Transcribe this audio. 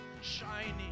shining